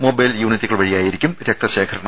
mobile യൂണിറ്റുകൾ വഴിയായിരിക്കും രക്തശേഖരണം